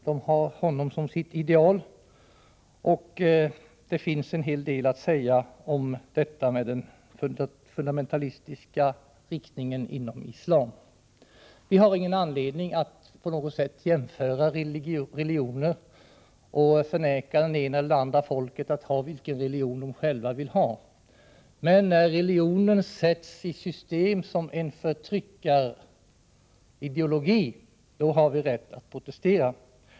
De har honom som sitt ideal — och det finns en hel del att säga om denna fundamentalistiska riktning inom islam. Vi har ingen anledning att på något sätt jämföra religioner och förvägra det ena eller andra folket rätten att ha den religion det önskar, men när religionen sätts i system som en förtryckarideologi, då har vi rätt att protestera.